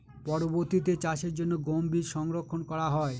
পরবর্তিতে চাষের জন্য গম বীজ সংরক্ষন করা হয়?